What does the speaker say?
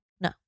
No